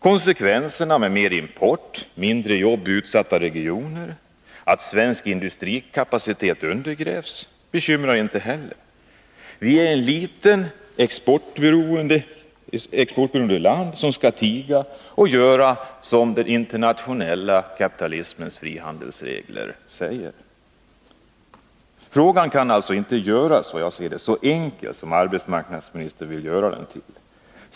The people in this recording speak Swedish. Konsekvenserna blir mer import, mindre jobb i utsatta regioner och att svensk industrikapacitet undergrävs — det bekymrar tydligen inte heller arbetsmarknadsministern. Vi är ett litet, exportberoende land och skall tiga och göra som den internationella kapitalismens frihandelsregler säger. Frågan kan inte göras så enkel som arbetsmarknadsministern vill göra den.